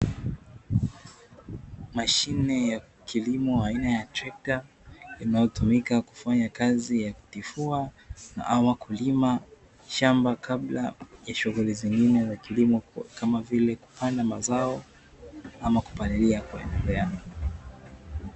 Mashine ya kilimo aina ya trekta, inayotumika kufanya kazi ya kutifua ama kulima shamba kabla ya shughuli zingine za kilimo, kama vile kupanda mazao ama kupalilia kwa juu yake.